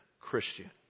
Christian